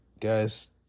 guys